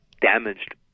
damaged